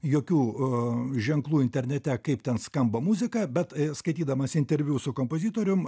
jokių ženklų internete kaip ten skamba muzika bet skaitydamas interviu su kompozitorium